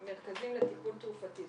מרכזים לטיפול תרופתי.